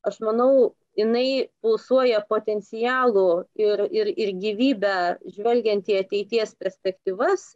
aš manau jinai pulsuoja potencialu ir ir gyvybe žvelgiant į ateities perspektyvas